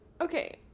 Okay